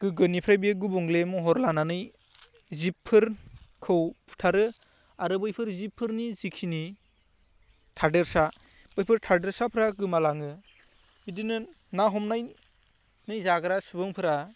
गोगोनिफ्राइ बे गुबुंले महर लानानै जिबफोरखौ बुथारो आरो बैफोरनि जिबफोरनि जिखिनि थादेरसा बैफोर थादेरसाफ्रा गोमालाङो बिदिनो ना हमनाय नै जाग्रा सुबुंफोरा